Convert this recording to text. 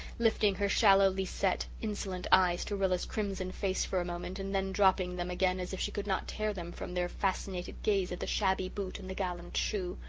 lifting her shallowly-set, insolent eyes to rilla's crimson face for a moment and then dropping them again as if she could not tear them from their fascinated gaze at the shabby boot and the gallant shoe.